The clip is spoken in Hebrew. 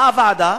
באה ועדה,